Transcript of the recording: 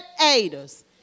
aiders